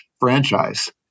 franchise